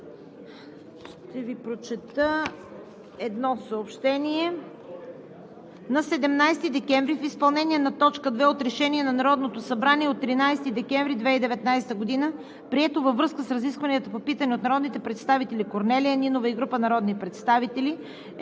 Ще Ви прочета едно съобщение.